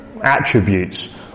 attributes